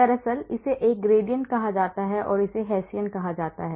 दरअसल इसे एक gradient कहा जाता है और इसे Hessian कहा जाता है